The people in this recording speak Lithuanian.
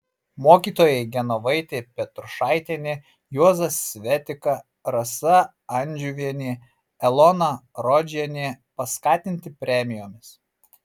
mokytojai genovaitė petrušaitienė juozas svetika rasa andžiuvienė elona rodžienė paskatinti premijomis